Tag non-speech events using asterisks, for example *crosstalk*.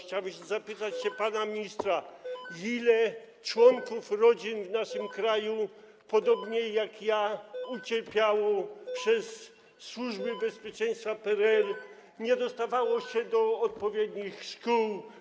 Chciałbym się zapytać *noise* pana ministra, ilu członków rodzin w naszym kraju podobnie jak ja ucierpiało przez Służbę Bezpieczeństwa PRL-u, nie dostało się do odpowiednich szkół.